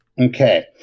Okay